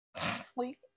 Sleep